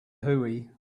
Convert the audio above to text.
hooey